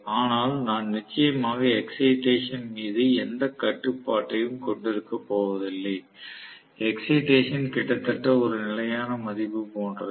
ஆனால் நான் நிச்சயமாக எக்ஸைடேசன் மீது எந்த கட்டுப்பாட்டையும் கொண்டிருக்கப்போவதில்லை எக்ஸைடேசன் கிட்டத்தட்ட ஒரு நிலையான மதிப்பு போன்றது